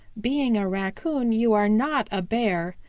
being a raccoon, you are not a bear,